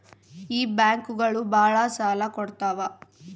ಈ ಬ್ಯಾಂಕುಗಳು ಭಾಳ ಸಾಲ ಕೊಡ್ತಾವ